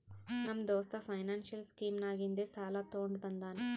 ನಮ್ಮ ದೋಸ್ತ financial scheme ನಾಗಿಂದೆ ಸಾಲ ತೊಂಡ ಬಂದಾನ್